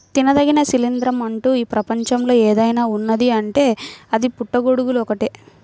తినదగిన శిలీంద్రం అంటూ ఈ ప్రపంచంలో ఏదైనా ఉన్నదీ అంటే అది పుట్టగొడుగులు ఒక్కటే